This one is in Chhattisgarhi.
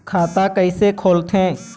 खाता कइसे खोलथें?